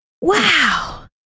wow